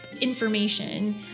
information